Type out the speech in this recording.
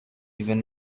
even